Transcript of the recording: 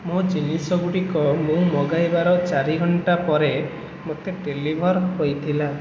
ମୋ ଜିନିଷ ଗୁଡ଼ିକ ମୁଁ ମଗାଇବାର ଚାରିଘଣ୍ଟା ପରେ ମୋତେ ଡେଲିଭର୍ ହୋଇଥିଲା